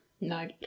no